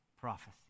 prophecy